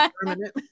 permanent